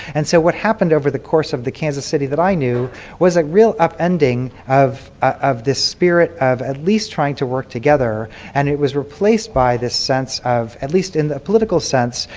and so what happened over the course of the kansas city that i knew was a real upending of of the spirit of at least trying to work together, and it was replaced by the sense of, at least in the political sense,